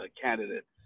candidates